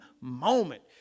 moment